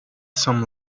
some